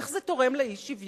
איך זה תורם לאי-שוויון?